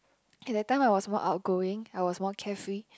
okay that time I was more outgoing I was more carefree